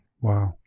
Wow